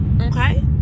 Okay